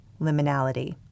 liminality